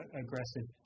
aggressive